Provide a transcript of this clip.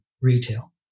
retail